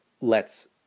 lets